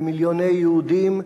ומיליוני יהודים,